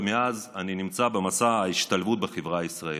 ומאז אני נמצא במסע השתלבות בחברה הישראלית,